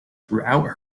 throughout